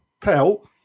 pelt